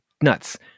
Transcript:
nuts